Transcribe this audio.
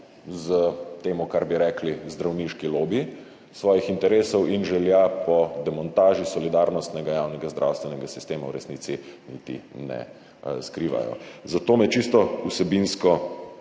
s tem, čemur bi rekli zdravniški lobiji, svojih interesov in želja po demontaži solidarnostnega javnega zdravstvenega sistema v resnici niti ne skrivajo. Zato me čisto vsebinsko